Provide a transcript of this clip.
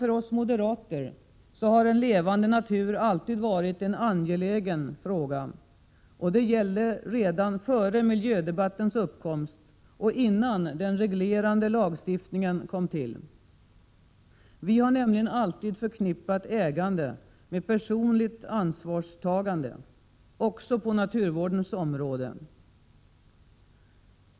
För oss moderater har en levande natur alltid varit en angelägen fråga, och det gällde redan före miljödebattens uppkomst och innan den reglerande lagstiftningen kom till. Vi har nämligen alltid förknippat ägande med personligt ansvarstagande, också på naturvårdens område.